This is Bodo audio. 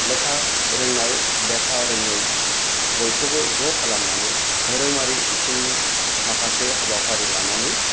लेखा रोंनाय लेखा रोङै बयखौबो ज' खालामनानै धोरोमारि बिथिंनि माखासे हाबाफारि लानानै